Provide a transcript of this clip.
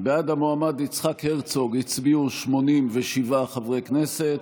בעד המועמד יצחק הרצוג הצביעו 87 חברי כנסת,